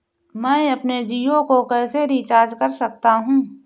मैं अपने जियो को कैसे रिचार्ज कर सकता हूँ?